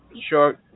sure